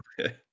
Okay